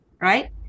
right